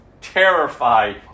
terrified